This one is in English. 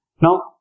now